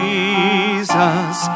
Jesus